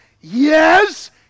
yes